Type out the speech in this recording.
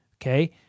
okay